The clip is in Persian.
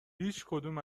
هیچکدوم